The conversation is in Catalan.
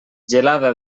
gelada